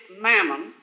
mammon